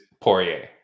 Poirier